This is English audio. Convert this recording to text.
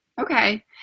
Okay